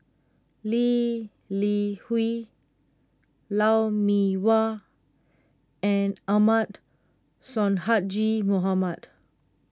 Lee Li Hui Lou Mee Wah and Ahmad Sonhadji Mohamad